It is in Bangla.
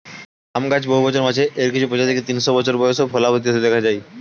আম গাছ বহু বছর বাঁচে, এর কিছু প্রজাতিকে তিনশো বছর বয়সেও ফলবতী হতে দেখা যায়